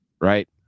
Right